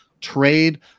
trade